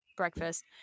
breakfast